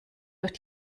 durch